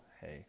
hey